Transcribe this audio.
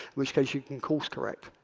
which case you can course correct.